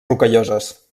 rocalloses